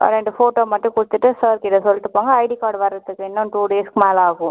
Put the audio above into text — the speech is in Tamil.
ரெண்டு ஃபோட்டோ மட்டும் கொடுத்துட்டு சர் கிட்டே சொல்லிட்டு போங்க ஐடி கார்டு வர்ரதுக்கு இன்னும் டூ டேஸ்க்கு மேலே ஆகும்